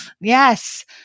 Yes